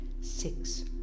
six